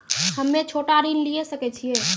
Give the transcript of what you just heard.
हम्मे छोटा ऋण लिये सकय छियै?